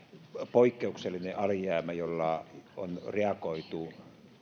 poikkeuksellinen alijäämä jolla on reagoitu